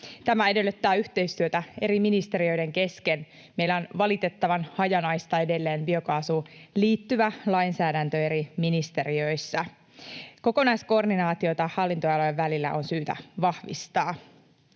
Tämä edellyttää yhteistyötä eri ministeriöiden kesken. Meillä on valitettavan hajanaista edelleen biokaasuun liittyvä lainsäädäntö eri ministeriöissä. Kokonaiskoordinaatiota hallinnonalojen välillä on syytä vahvistaa.